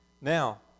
Now